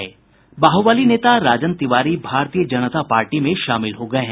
बाहबली नेता राजन तिवारी भारतीय जनता पार्टी में शामिल हो गये हैं